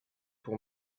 pour